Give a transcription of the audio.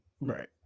Right